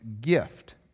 gift